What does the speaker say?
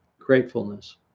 gratefulness